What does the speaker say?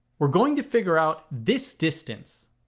we're going to figure out this distance,